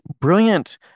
brilliant